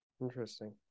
Interesting